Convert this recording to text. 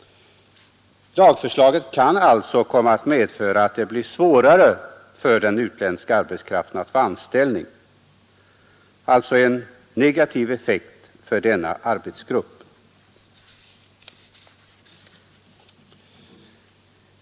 Lagförslaget kan komma att medföra att det blir svårare för den utländska arbetskraften att få anställning — alltså en negativ effekt för denna arbetsgrupp.